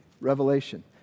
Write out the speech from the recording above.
revelation